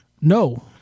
No